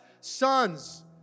sons